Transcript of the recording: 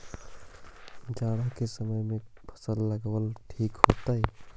जाड़ा के समय कौन फसल लगावेला ठिक होतइ?